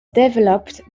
developed